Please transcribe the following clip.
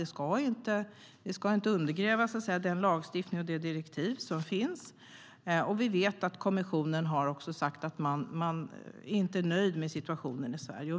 Den lagstiftning och de direktiv som finns ska inte undergrävas, och vi vet att kommissionen inte är nöjd med situationen i Sverige.